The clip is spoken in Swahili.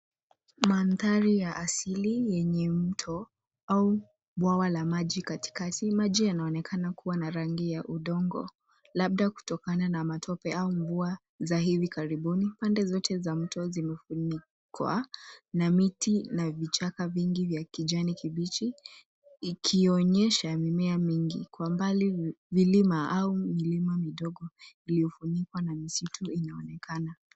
Mandhari ya asili yenye mto au bwawa la maji katikati. Maji yanaonekana kuwa ya rangi ya udongo labda kutokana na matope au mvua za hivi karibuni. Pande zote za mto zimefunikwa na miti na vichaka vingi vya kijani kibichi, ikionyesha mimea mingi kwa mbali vilima au milima midogo iliyofunikwa na misitu yanaonekana.